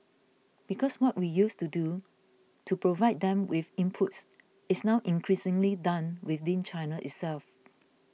because what we used to do to provide them with inputs is now increasingly done within China itself